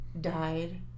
died